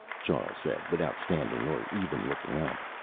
charl said, without standing, or even looking up.